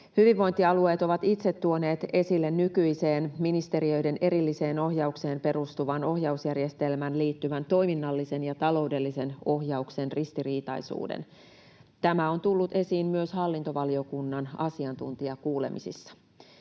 Hyvinvointialueet ovat itse tuoneet esille nykyiseen, ministeriöiden erilliseen ohjaukseen perustuvaan ohjausjärjestelmään liittyvän toiminnallisen ja taloudellisen ohjauksen ristiriitaisuuden. Tämä on tullut esiin myös hallintovaliokunnan asiantuntijakuulemisissa.